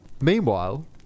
Meanwhile